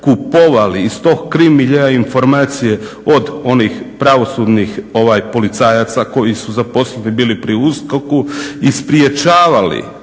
kupovali iz tog krim-miljea informacije od onih pravosudnih policajaca koji su zaposleni bili pri USKOK-u i sprječavali